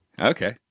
Okay